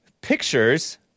pictures